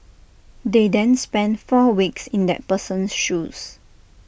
they then spend four weeks in that person's shoes